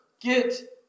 get